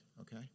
Okay